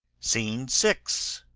scene six.